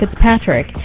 Fitzpatrick